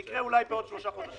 זה יקרה אולי בעוד שלושה חודשים.